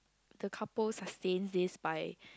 the couples are stain this by